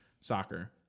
soccer